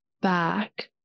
back